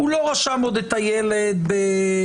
עוד לא הוציא לילד דרכון